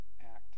act